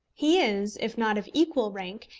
he is, if not of equal rank,